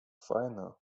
файна